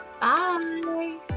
Bye